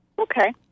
Okay